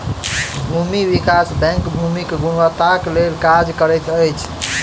भूमि विकास बैंक भूमिक गुणवत्ताक लेल काज करैत अछि